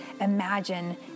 imagine